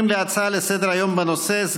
ההמלצה אושרה פה אחד.